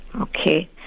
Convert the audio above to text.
Okay